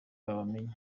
babamenye